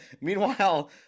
meanwhile